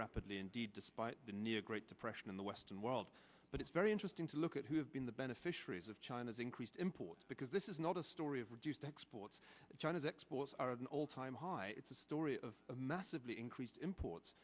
indeed despite the near great depression in the western world but it's very interesting to look at who have been the beneficiaries of china's increased imports because this is not a story of reduced exports and china's exports are at an all time high it's a story of massively increased imports